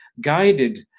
guided